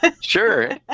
Sure